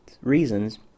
reasons